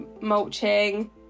mulching